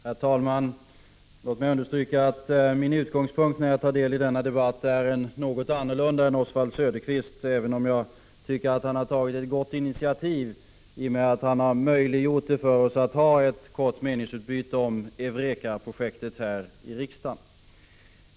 Herr talman! Låt mig understryka att min utgångspunkt när jag tar del i den här debatten är något annorlunda än Oswald Söderqvists, även om jag tycker att han har tagit ett gott initiativ, i och med att han har möjliggjort för oss att ha ett kort meningsutbyte här i riksdagen om EUREKA-projektet.